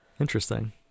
Interesting